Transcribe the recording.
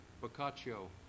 Boccaccio